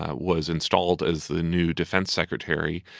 ah was installed as the new defense secretary.